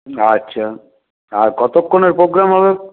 আচ্ছা আর কতক্ষণের প্রোগ্রাম হবে